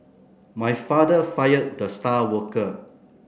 my father fired the star worker